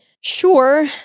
sure—